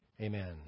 Amen